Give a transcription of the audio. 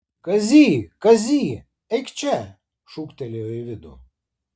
kazy kazy eik čia šūktelėjo į vidų